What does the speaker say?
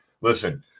listen –